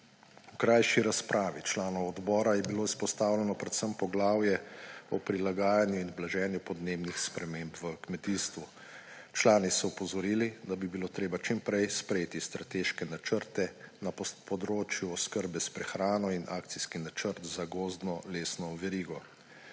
V krajši razpravi članov odbora je bilo izpostavljeno predvsem poglavje o prilagajanju in blaženju podnebnih sprememb v kmetijstvu. Člani so opozorili, da bi bilo treba čim prej sprejeti strateške načrte na področju oskrbe s prehrano in akcijski načrt za gozdno-lesno verigo.